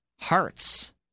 Hearts